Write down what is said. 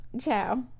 Ciao